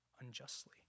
unjustly